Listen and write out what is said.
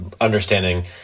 understanding